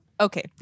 Okay